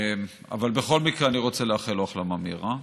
אבל בכל מקרה אני רוצה לאחל לו החלמה מהירה.